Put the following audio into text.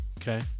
Okay